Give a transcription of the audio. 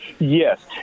Yes